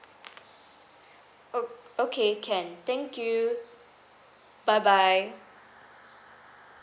o~ okay can thank you bye bye